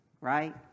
right